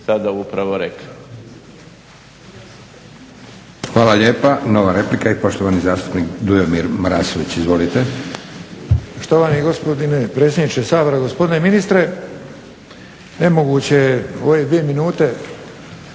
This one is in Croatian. sada upravo rekli.